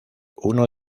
uno